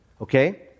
Okay